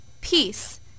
Peace